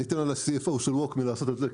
אני אתן ל-CFO של ווקמי לעשות את זה,